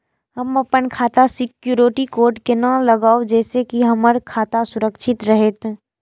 हम अपन खाता में सिक्युरिटी कोड केना लगाव जैसे के हमर खाता सुरक्षित रहैत?